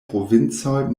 provincoj